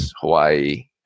Hawaii